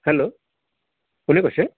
hello কোনে কৈছে